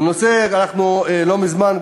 לא מזמן,